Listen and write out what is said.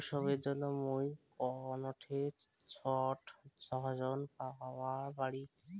উৎসবের জন্য মুই কোনঠে ছোট ঋণ পাওয়া পারি?